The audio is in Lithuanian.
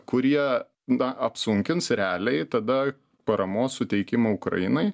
kurie na apsunkins realiai tada paramos suteikimą ukrainai